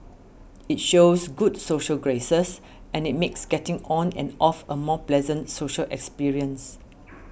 it shows good social graces and it makes getting on and off a more pleasant social experience